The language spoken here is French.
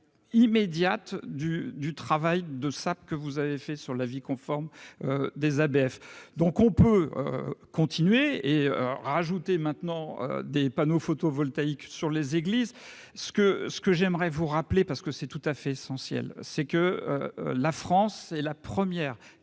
immédiate du du travail de sape que vous avez fait sur l'avis conforme des ABF, donc on peut continuer, et a ajouté maintenant des panneaux photovoltaïques sur les églises, ce que ce que j'aimerais vous rappeler parce que c'est tout à fait essentiel c'est que la France est la première